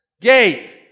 gate